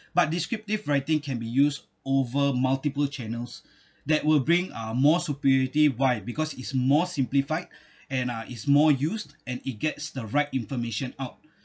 but descriptive writing can be used over multiple channels that will bring uh more superiority why because it's more simplified and uh it's more used and it gets the right information out